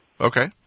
Okay